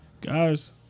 Guys